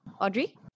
Audrey